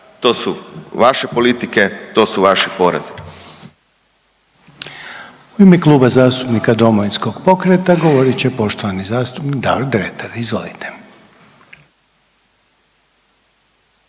To su vaše politike, to su vaši porezi.